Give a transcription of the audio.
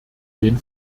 den